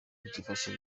byifashe